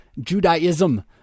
Judaism